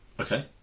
Okay